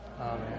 Amen